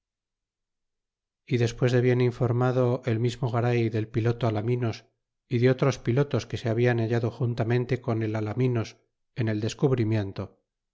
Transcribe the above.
y despues de bien informado el mismo garay del piloto alaminos y de otros pilotos que se habian hallado juntamente con el alaminos en el descubrimiento